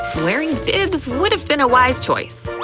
wearing bibs would've been a wise choice.